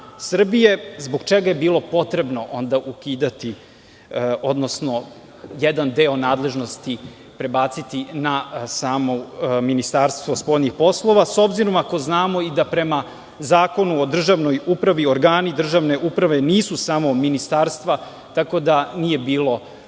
Srbije, zbog čega je bilo potrebno ukidati, odnosno jedan deo nadležnosti prebaciti na samo Ministarstvo spoljnih poslova, s obzirom ako znamo da i prema Zakonu o državnoj upravi, organi državne uprave nisu samo ministarstva, tako da nije bilo